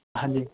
ਹਾਂਜੀ